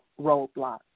roadblocks